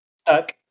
stuck